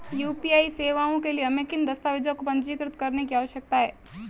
UPI सेवाओं के लिए हमें किन दस्तावेज़ों को पंजीकृत करने की आवश्यकता है?